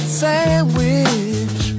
sandwich